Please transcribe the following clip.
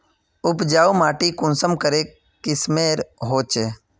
उपजाऊ माटी कुंसम करे किस्मेर होचए?